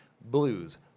blues